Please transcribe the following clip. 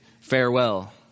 farewell